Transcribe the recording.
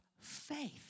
faith